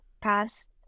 past